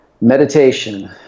Meditation